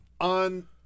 on